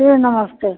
जी नमस्ते